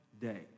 day